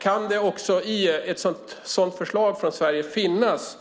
Kan det i ett sådant förslag från Sverige finnas